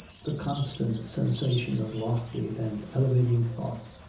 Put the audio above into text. the constant sensation of lofty and elevating thought,